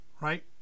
right